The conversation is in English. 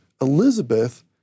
Elizabeth